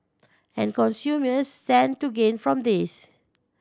and consumers stand to gain from this